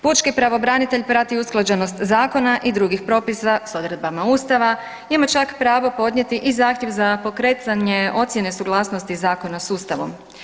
Pučki pravobranitelj prati usklađenost zakona i drugih propisa s odredbama ustava, ima čak pravo podnijeti i zahtjev za pokretanje ocjene suglasnosti zakona s ustavom.